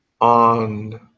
on